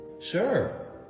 Sure